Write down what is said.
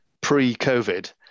pre-COVID